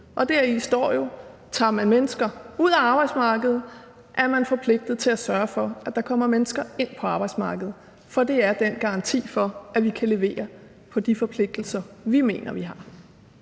Deri står jo, at tager man mennesker ud af arbejdsmarkedet, er man forpligtet til at sørge for, at der kommer mennesker ind på arbejdsmarkedet; det er den garanti for, at vi kan levere på de forpligtelser, som vi mener vi har.